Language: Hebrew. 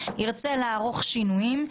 ירצה לערוך שינויים,